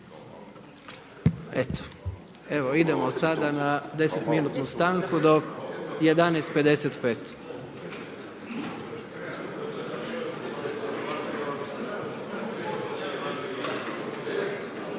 Eto. Evo idemo sada na deset minutnu stanku, do 11, 55.